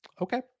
Okay